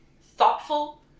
thoughtful